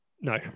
No